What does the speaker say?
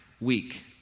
week